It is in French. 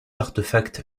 artefacts